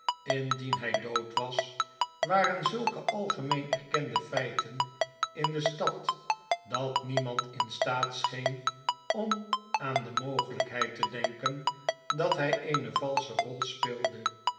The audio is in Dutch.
indien hy dood was waren zulke algemeen erkende feiten in de stad dat niemand in staat scheen om aan de mogelijkheid te denken dat hy eene valsche rol speelde